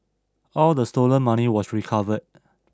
all the stolen money was recovered